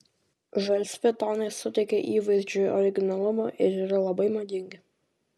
žalsvi tonai suteikia įvaizdžiui originalumo ir yra labai madingi